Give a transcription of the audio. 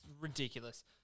ridiculous